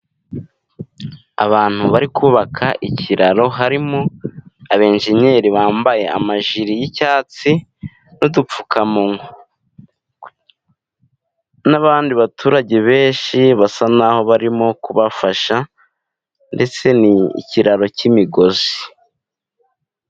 Abantu bari kubaka ikiraro harimo abenjenyeri bambaye amajiri y'icyatsi n'udupfukamunwa, n'abandi baturage benshi, basa naho barimo kubafasha ndetse ni ikirararo cy'imigozi.